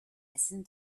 essen